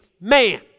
man